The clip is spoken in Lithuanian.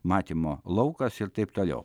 matymo laukas ir taip toliau